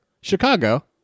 Chicago